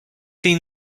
been